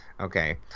Okay